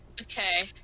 okay